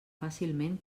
fàcilment